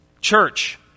Church